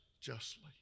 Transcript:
justly